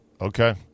okay